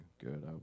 Good